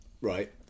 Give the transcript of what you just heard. right